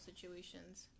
situations